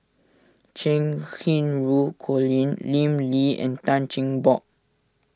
Cheng Xinru Colin Lim Lee and Tan Cheng Bock